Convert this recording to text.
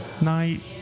night